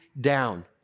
down